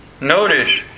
Notice